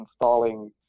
installing